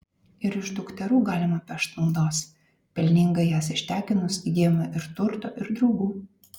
ir iš dukterų galima pešt naudos pelningai jas ištekinus įgyjama ir turto ir draugų